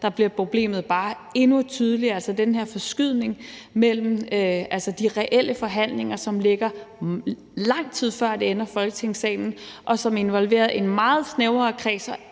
bliver problemet bare endnu tydeligere, altså den her forskydning mellem de reelle forhandlinger, som ligger, lang tid før det ender i Folketingssalen, og som involverer en meget snævrere kreds